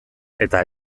eta